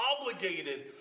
obligated